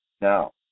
Now